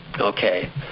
Okay